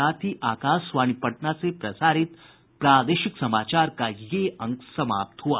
इसके साथ ही आकाशवाणी पटना से प्रसारित प्रादेशिक समाचार का ये अंक समाप्त हुआ